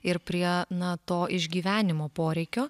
ir prie na to išgyvenimo poreikio